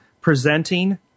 presenting